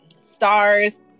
stars